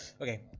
okay